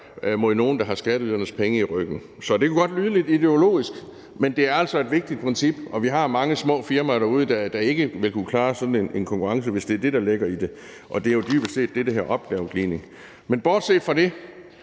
mod nogen, der har skatteydernes penge i ryggen. Så det kan godt lyde lidt ideologisk, men det er altså et vigtigt princip, og vi har mange små firmaer derude, der ikke ville kunne klare sådan en konkurrence, hvis det er det, der ligger i det. Det er jo dybest set det, der hedder opgaveglidning. Men bortset fra det